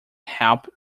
help